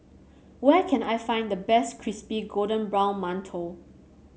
where can I find the best Crispy Golden Brown Mantou